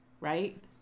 right